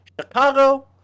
Chicago